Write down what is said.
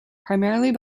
primarily